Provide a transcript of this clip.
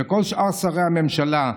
ולכל שאר שרי הממשלה,